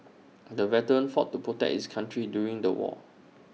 the veteran fought to protect his country during the war